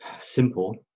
simple